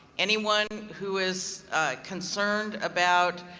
anyone who is concerned about